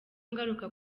ngaruka